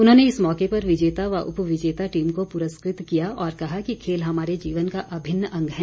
उन्होंने इस मौके पर विजेता व उपविजेता टीम को प्रस्कृत किया और कहा कि खेल हमारे जीवन का अभिन्न अंग है